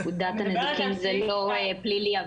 פקודת הנזקין זה לא פלילי,